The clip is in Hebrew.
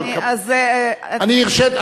אבל אני הרשיתי,